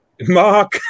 Mark